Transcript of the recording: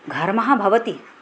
घर्मः भवति